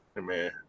man